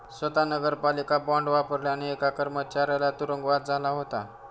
स्वत नगरपालिका बॉंड वापरल्याने एका कर्मचाऱ्याला तुरुंगवास झाला होता